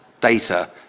data